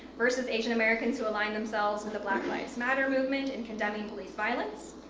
versus asian americans who align themselves with the black lives matter movement in condemning police violence,